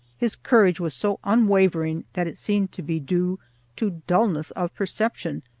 his courage was so unwavering that it seemed to be due to dullness of perception,